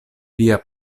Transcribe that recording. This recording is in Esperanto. via